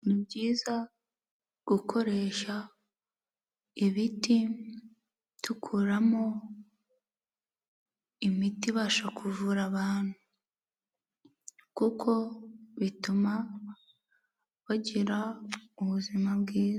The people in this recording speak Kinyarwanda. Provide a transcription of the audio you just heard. Ni byiza gukoresha ibiti dukuramo imiti ibasha kuvura abantu, kuko bituma bagira ubuzima bwiza.